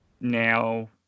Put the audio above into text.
now